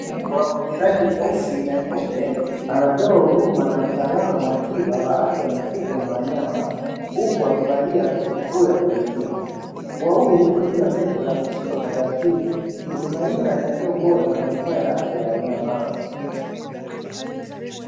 Mbwa mwenye rangi nyeusi na nyeupe anapewa huduma na mtaalamu wa tiba wa afya mifugo na wanyama huku amevalia nguo ya kujikinga. Mbwa huyu yuko juu ya meza ameshikwa kwa taratibu. Huduma hii inachangia ubora na manufaa ya afya ya wanyama hawa.